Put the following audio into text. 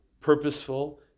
purposeful